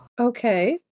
Okay